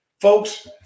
Folks